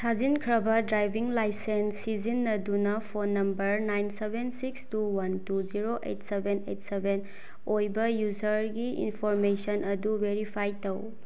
ꯊꯥꯖꯤꯟꯈ꯭ꯔꯕ driving licence ꯁꯤꯖꯤꯟꯅꯗꯨꯅ phone number nine seven six two one two zero eight seven eight seven ꯑꯣꯏꯕ ꯌꯨꯖꯔꯒꯤ information ꯑꯗꯨ verify ꯇꯧ